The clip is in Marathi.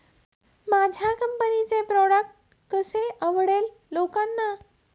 माझ्या कंपनीचे प्रॉडक्ट कसे आवडेल लोकांना?